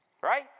right